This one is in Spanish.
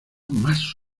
más